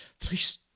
please